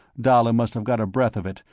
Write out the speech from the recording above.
dalla must have got a breath of it,